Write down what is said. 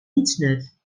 nietsnut